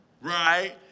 right